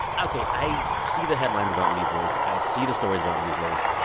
ok, i see the headlines about measles. i see the stories about measles.